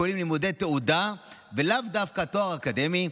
הכוללים לימודי תעודה ולאו דווקא תואר אקדמי,